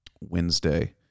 Wednesday